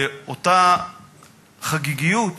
באותה חגיגיות